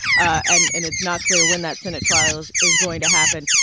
and and it's not clear when that senate trial is is going to happen.